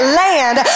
land